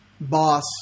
boss